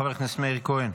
חבר הכנסת מאיר כהן.